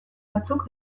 batzuk